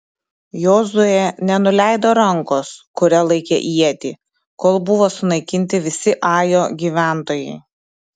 jozuė nenuleido rankos kuria laikė ietį kol buvo sunaikinti visi ajo gyventojai